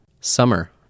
Summer